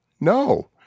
No